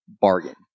bargain